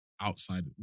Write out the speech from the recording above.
outside